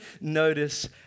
notice